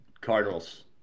Cardinals